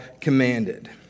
commanded